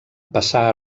passà